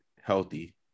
healthy